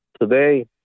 today